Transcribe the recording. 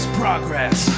progress